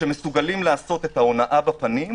שמסוגלים לעשות את ההונאה בפנים,